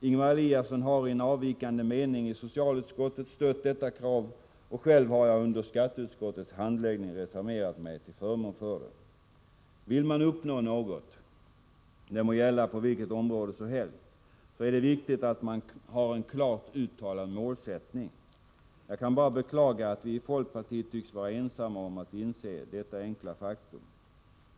Ingemar Eliasson har i en avvikande mening i socialutskottet stött detta krav, och själv har jag under skatteutskottets handläggning reserverat mig till förmån för det. Vill man uppnå något — det må gälla på vilket område som helst — är det viktigt att man har en klart uttalad målsättning. Jag kan bara beklaga att vi i folkpartiet tycks vara ensamma om att inse detta enkla faktum.